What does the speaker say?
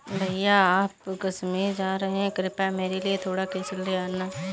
भैया आप कश्मीर जा रहे हैं कृपया मेरे लिए थोड़ा केसर ले आना